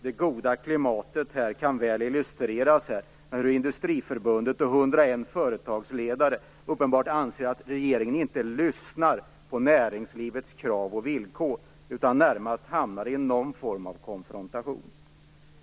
Det goda klimatet kan väl illustreras med hur Industriförbundet och 101 företagsledare uppenbarligen anser att regeringen inte lyssnar på näringslivet krav och villkor utan närmast hamnar i någon form av konfrontation.